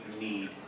need